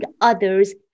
others